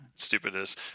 Stupidness